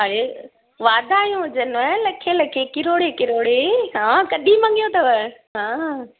अरे वाधायूं हुजनव लखें लखें किरोड़े किरोड़े हां कॾहिं मङियो अथव हां